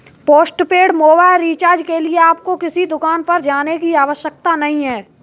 postpaid mobile recharge के लिए आपको किसी दुकान पर जाने की आवश्यकता नहीं है